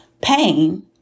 Pain